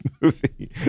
movie